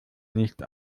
nicht